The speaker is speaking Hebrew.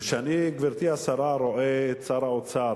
כשאני, גברתי השרה, רואה את שר האוצר